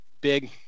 big